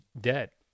debt